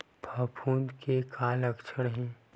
फफूंद के का लक्षण हे?